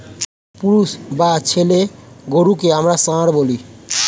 পুরুষ বা ছেলে গরুকে আমরা ষাঁড় বলি